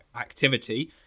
activity